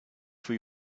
for